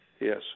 Yes